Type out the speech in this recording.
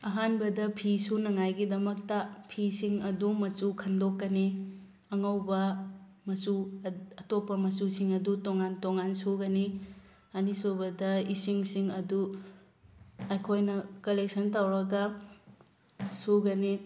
ꯑꯍꯥꯟꯕꯗ ꯐꯤ ꯁꯨꯅꯉꯥꯏꯒꯤꯗꯃꯛꯇ ꯐꯤꯁꯤꯡ ꯑꯗꯨ ꯃꯆꯨ ꯈꯟꯗꯣꯛꯀꯅꯤ ꯑꯉꯧꯕ ꯃꯆꯨ ꯑꯇꯣꯞꯄ ꯃꯆꯨꯁꯤꯡ ꯑꯗꯨ ꯇꯣꯉꯥꯟ ꯇꯣꯉꯥꯟ ꯁꯨꯒꯅꯤ ꯑꯅꯤꯁꯨꯕꯗ ꯏꯁꯤꯡꯁꯤꯡ ꯑꯗꯨ ꯑꯩꯈꯣꯏꯅ ꯀꯂꯦꯛꯁꯟ ꯇꯧꯔꯒ ꯁꯨꯒꯅꯤ